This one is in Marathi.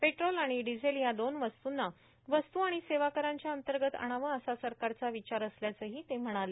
पेट्रोल आणि डिझेल या दोन वस्तुंना वस्तू आणि सेवा करांच्या अंतर्गत आणावं असा सरकारचा विचार असल्याचंही ते म्हणाले